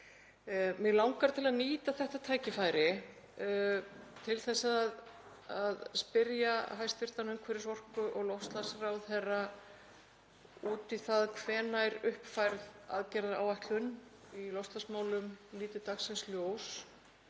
Mig langar að nýta þetta tækifæri til að spyrja hæstv. umhverfis-, orku- og loftslagsráðherra út í það hvenær uppfærð aðgerðaáætlun í loftslagsmálum lítur dagsins ljós.